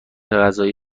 غذایی